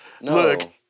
Look